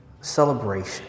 celebration